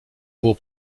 było